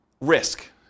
risk